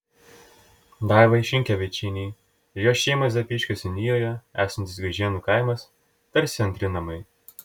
daivai šinkevičienei ir jos šeimai zapyškio seniūnijoje esantis gaižėnų kaimas tarsi antri namai